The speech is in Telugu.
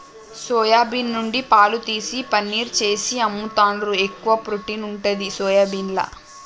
సొయా బీన్ నుండి పాలు తీసి పనీర్ చేసి అమ్ముతాండ్రు, ఎక్కువ ప్రోటీన్ ఉంటది సోయాబీన్ల